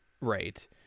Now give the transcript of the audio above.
Right